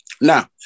Now